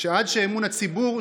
עד שאמון הציבור,